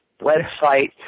website